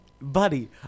buddy